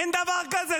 אין דבר כזה,